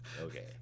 Okay